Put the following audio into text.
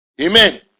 amen